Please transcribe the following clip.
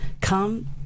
come